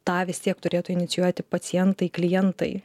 tą vis tiek turėtų inicijuoti pacientai klientai